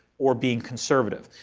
or being conservative.